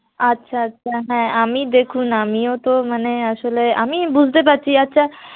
আচ্ছা আচ্ছা হ্যাঁ আমি দেখুন আমিও তো মানে আসলে আমি বুঝতে পারছি আচ্ছা